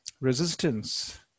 resistance